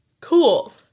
cool